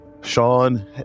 Sean